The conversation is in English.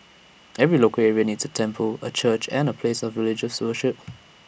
every local area needs A temple A church an the place of religious worship